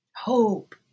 Hope